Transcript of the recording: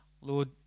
Lord